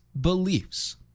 beliefs